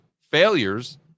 failures